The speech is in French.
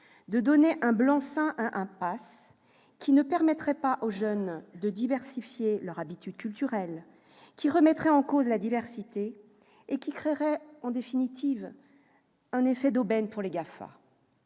de donner un blanc-seing à un pass qui ne permettrait pas aux jeunes de diversifier leurs habitudes culturelles, qui remettrait en cause la diversité et qui, en définitive, créerait un effet d'aubaine pour les GAFA.